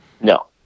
No